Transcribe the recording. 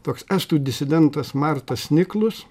toks estų disidentas martas niklus